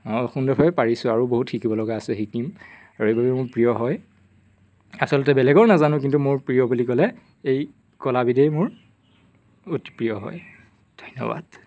অঁ সুন্দৰভাৱে পাৰিছোঁ আৰু বহুত শিকিব লগা আছে শিকিম আৰু এইবাবে মোৰ প্ৰিয় হয় আচলতে বেলেগৰ নাজানো কিন্তু মোৰ প্ৰিয় বুলি ক'লে এই কলাবিধেই মোৰ অতি প্ৰিয় হয় ধন্যবাদ